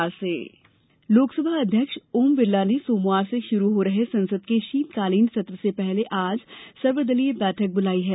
संसद सत्र लोकसभा अध्यक्ष ओम बिरला ने सोमवार से शुरू हो रहे संसद के शीताकालीन सत्र से पहले आज सर्वदलीय बैठक ब्लाई है